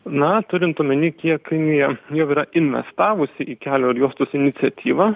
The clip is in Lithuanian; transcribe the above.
na turint omenyj kiek kinija jinai jau yra investavusi į kelio ir juostos iniciatyvą